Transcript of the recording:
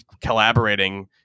collaborating